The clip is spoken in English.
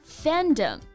fandom